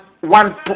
one